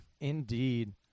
indeed